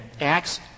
acts